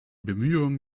bemühungen